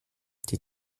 die